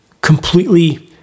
completely